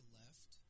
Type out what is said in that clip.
left